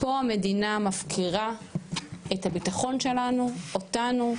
פה המדינה מפקירה את הביטחון שלנו, אותנו,